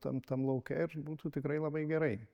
tam tam lauke ir būtų tikrai labai gerai